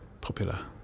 popular